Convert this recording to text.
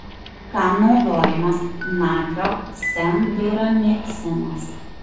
kam naudojamas natrio semduramicinas